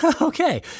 Okay